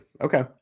Okay